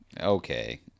okay